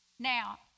Now